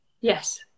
yes